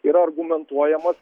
yra argumentuojamas